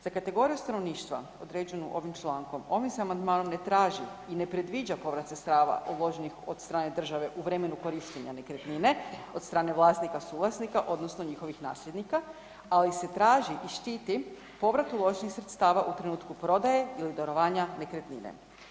Za kategoriju stanovništva određenu ovim člankom ovim se amandmanom ne traži i ne predviđa povrat sredstava uloženih od strane države u vremenu korištenja nekretnine od strane vlasnika, suvlasnika odnosno njihovih nasljednika, ali se traži i štiti povrat uloženih sredstava u trenutku prodaje ili darovanja nekretnine.